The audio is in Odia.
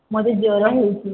ମୋତେ ଜ୍ଵର ହେଇଛି